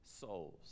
souls